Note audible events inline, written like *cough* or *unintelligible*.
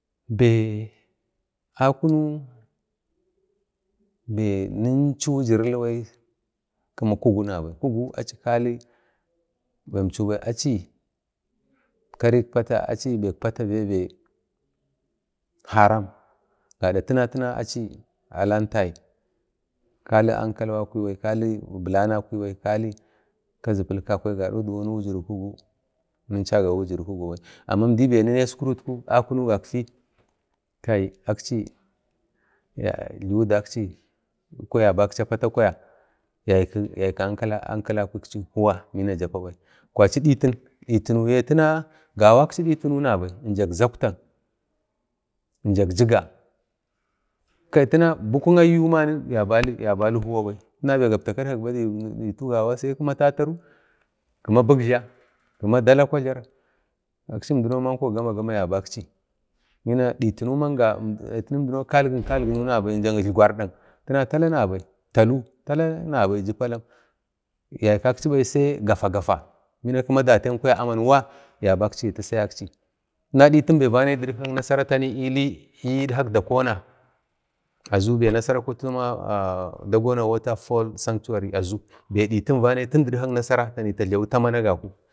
be akunu be ninchu wujirilabai kma kugu nabai, kugu achi kali bembechobai achi bek patabe aram gadak tana-tana achi alahantai kali ankalwa kwibai kali bilanakwabai kali kazi pilkakwai gadono diwan kugu ninchaga wujir kugu bai amma imdi be ninne iskuritku akunu gakfagai kai jlibi daksi ko yabaksi apata kwaya yaykwi ankal a gaksi huwa bina japa bai, kwaci Ditin, ditinuyi tana gawakchi ditinu nabai jak Zauktak, jak Jiga, kaitina Buku mani yabali huwan bai tina be gabtu adkak badai sai kima Tataru, Bigjla kima Dalakwajlar akchindino gama-gama yabakchi bina ditinu kalgin-kalgin tala naba gina jak Ikjlardak tala nabai, Talu taba nabai yaikwakchibai sai gafa-gafa bina kima datiyankwa aman wa yaikwakchi ya tisayakchi, tana ditinbe vanayi didkak Nasara tani ilai idkak Dakona be nasara kotaci mama *unintelligible* ditin vanayi tin didkak nasara tani tag jlawi ta mani agaku